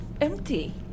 empty